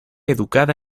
educada